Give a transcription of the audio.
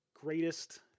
greatest